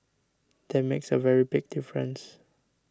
that makes a very big difference